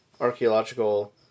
archaeological